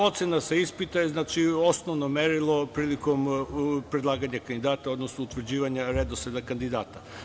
Ocena sa ispita je osnovno merilo prilikom predlaganja kandidata, odnosno utvrđivanja redosleda kandidata.